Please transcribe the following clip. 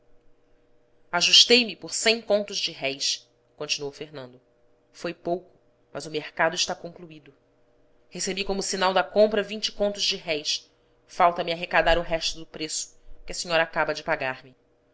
seixas ajustei me por cem contos de réis continuou fernando foi pouco mas o mercado está concluído recebi como sinal da compra vinte contos de réis falta-me arrecadar o resto do preço que a senhora acaba de pagar-me